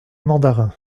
mandarin